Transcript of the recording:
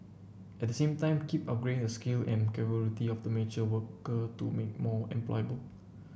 at the same time keep upgrading the skill and capability of the mature worker to make more employable